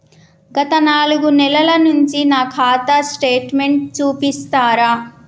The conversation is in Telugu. గత నాలుగు నెలల నుంచి నా ఖాతా స్టేట్మెంట్ చూపిస్తరా?